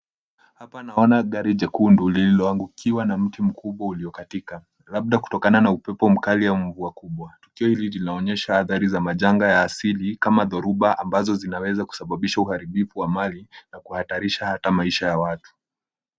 Hapa naona gari jekundu lililoangukiwa na mti mkubwa uliokatika labda kutokana na upepo mkali au mvua kubwa. Tukio hili linaonyesha athari ya janga la asili kama dhoruba ambazo zinaweza kusababisha uharibifu wa mali na kuhatarisha hata maisha ya watu.